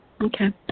Okay